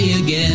again